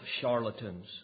charlatans